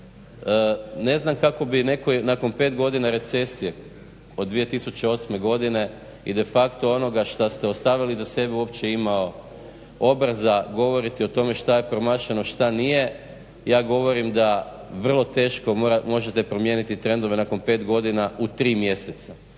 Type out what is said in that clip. ne znam kako bi netko nakon 5 godina recesije od 2008.godine i de facto onoga što ste ostavili iza sebe uopće imao obraza govoriti o tome što je promašeno šta nije, ja govorim da vrlo teško možete promijeniti trendove nakon pet godina u tri mjeseca